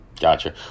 Gotcha